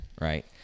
Right